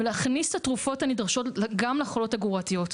להכניס את התרופות הנדרשות גם לחולות הגרורותיות.